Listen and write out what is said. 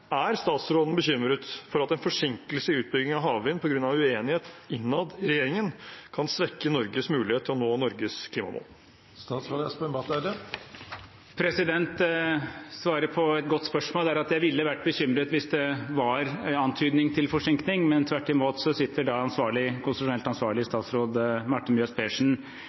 Er statsråden bekymret for at en forsinkelse i utbyggingen av havvind på grunn av uenighet innad i regjeringen kan svekke Norges mulighet til å nå Norges klimamål? Svaret – på et godt spørsmål – er at jeg ville vært bekymret hvis det var antydning til forsinkelse, men tvert imot sitter konstitusjonelt ansvarlig statsråd